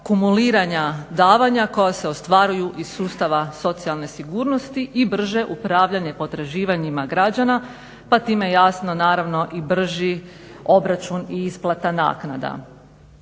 kumuliranja davanja koja se ostvaruju iz sustava socijalne sigurnosti i brže upravljanje potraživanjima građana, pa time jasno naravno i brži obračun i isplata naknada.